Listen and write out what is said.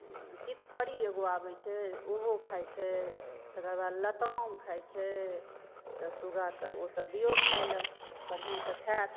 तितफड़ी एगो आबै छै ओहो खाइ छै तकर बाद लताम खाइ छै तऽ सुग्गाके ओ सब दियौ खाइ ले बढ़ियासऽ खायत